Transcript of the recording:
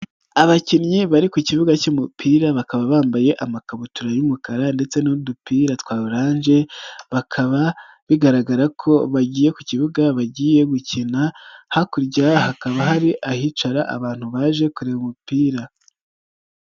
Abakinnyi bari ku kibuga cy'umupira, bakaba bambaye amakabutura y'umukara ndetse n'udupira twa oranje, bakaba bigaragara ko bagiye ku kibuga, bagiye gukina, hakurya hakaba hari ahicara abantu baje kureba umupira.